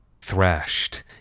thrashed